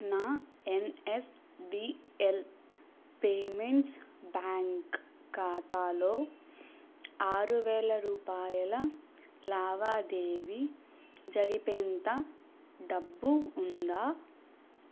నా NSDL payments bank ఖాతాలో ఆరువేల రూపాయల లావాదేవీ జరిపేంత డబ్బు ఉందా